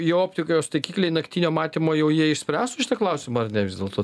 į optikos taikikliai naktinio matymo jau jie išspręstų šitą klausimą ar ne vis dėlto